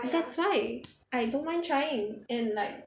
that's why I don't mind trying and like